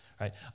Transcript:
right